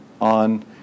on